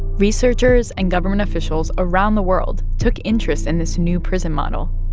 researchers and government officials around the world took interest in this new prison model.